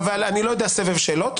אני לא יודע לגבי סבב שאלות.